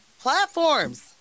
platforms